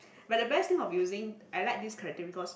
but the best thing of using I like this character because